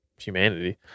humanity